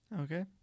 Okay